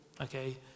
okay